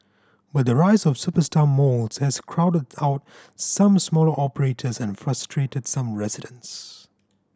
but the rise of superstar malls has crowded out some smaller operators and frustrated some residents